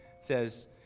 says